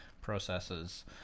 processes